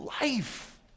Life